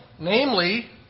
Namely